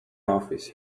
office